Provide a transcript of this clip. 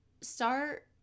start